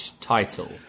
title